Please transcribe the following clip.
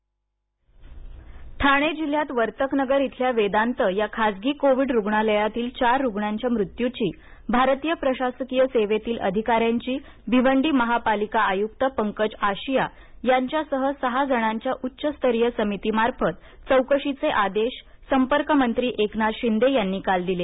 ठाणे चौकशी ठाणे जिल्ह्यात वर्तकनगर इथल्या वेदांत या खासगी कोविड रुग्णालयातील चार रुग्णांच्या मृत्यूची भारतीय प्रशासकीय सेवेतील अधिकाऱ्यांची भिवंडी महापालिका आयुक्त पंकज आशिया यांच्यासह सहा जणांच्या उच्चस्तरीय समितीमार्फत चौकशीचे आदेश संपर्कमंत्री एकनाथ शिंदे यांनी काल दिले